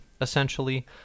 essentially